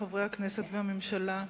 חברי הכנסת והממשלה,